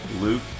Luke